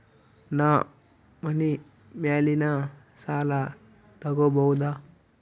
ನಾ ಮನಿ ಮ್ಯಾಲಿನ ಸಾಲ ತಗೋಬಹುದಾ?